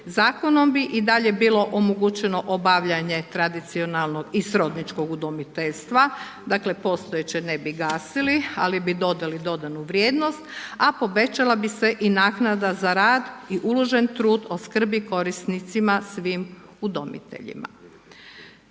Zakonom bi i dalje bilo omogućeno obavljanje tradicionalnog i srodničkog udomiteljstva. Dakle, postojeće ne bi gasili, ali bi dodali dodanu vrijednost, a povećala bi se i naknada za rad i uložen trud o skrbi korisnicima svim udomiteljima.